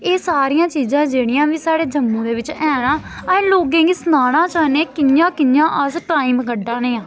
एह् सारियां चीजां जेह्ड़ियां बी साढ़े जम्मू दे बिच्च है ना अस लोकें गी सनाना चाह्न्ने कि'यां कि'यां अस टाइम कड्ढा ने आं